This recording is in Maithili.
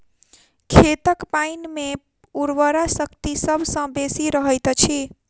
खेतक पाइन मे उर्वरा शक्ति सभ सॅ बेसी रहैत अछि